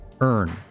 earn